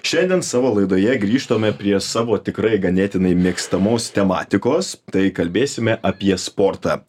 šiandien savo laidoje grįžtame prie savo tikrai ganėtinai mėgstamos tematikos tai kalbėsime apie sportą